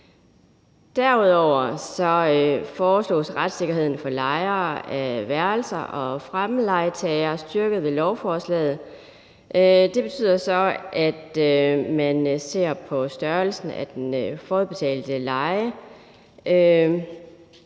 Derudover foreslås retssikkerheden for lejere af værelser og fremlejetagere styrket ved lovforslaget. Det betyder så, at man ser på størrelsen af den forudbetalte leje,